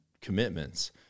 commitments